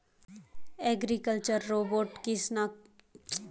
agricultural robot कीटनाशकों का छिड़काव भी करता है